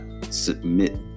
submit